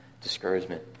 discouragement